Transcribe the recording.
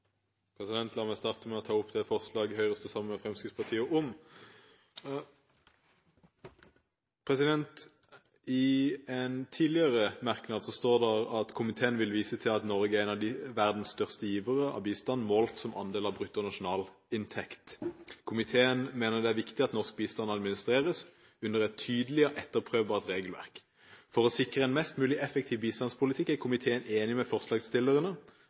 La meg starte med å ta opp det forslaget Høyre står sammen med Fremskrittspartiet om. I en tidligere merknad står det: «Komiteen vil vise til at Norge er en av verdens største givere av bistand målt som andel av bruttonasjonalinntekt . Komiteen mener det er viktig at norsk bistand administreres under et tydelig og etterprøvbart regelverk. For å sikre en mest mulig effektiv bistandspolitikk er komiteen enig med forslagsstillerne»